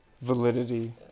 validity